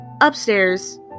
Upstairs